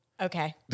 Okay